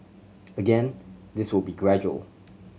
again this will be gradual